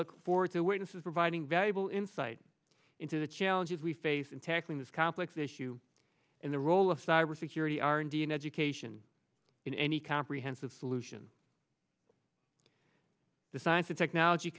look forward to witnesses providing valuable insight into the challenges we face in tackling this complex issue in the role of cybersecurity our indian education in any comprehensive solution the science and technology